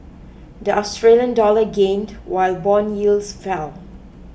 the Australian dollar gained while bond yields fell